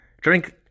Drink